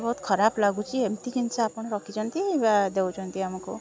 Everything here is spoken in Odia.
ବହୁତ ଖରାପ ଲାଗୁଛି ଏମିତି ଜିନିଷ ଆପଣ ରଖିଛନ୍ତି ଦେଉଛନ୍ତି ଆମକୁ